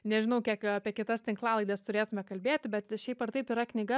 nežinau kiek apie kitas tinklalaides turėtume kalbėti bet šiaip ar taip yra knyga